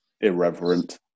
irreverent